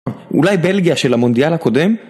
אולי בלגיה של המונדיאל הקודם?